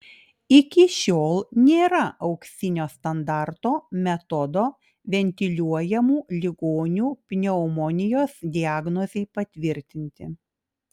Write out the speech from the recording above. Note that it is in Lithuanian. iki šiol nėra auksinio standarto metodo ventiliuojamų ligonių pneumonijos diagnozei patvirtinti